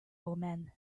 omen